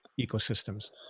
ecosystems